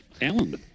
Alan